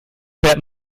fährt